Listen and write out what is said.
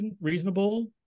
reasonable